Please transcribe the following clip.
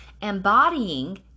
Embodying